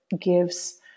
gives